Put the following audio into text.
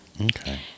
Okay